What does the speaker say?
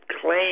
claim